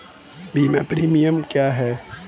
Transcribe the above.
बीमा प्रीमियम क्या है?